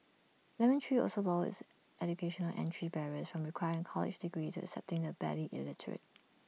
lemon tree also lowered its educational entry barriers from requiring A college degree to accepting the barely literate